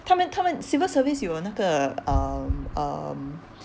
他们他们 civil service 有那个 um um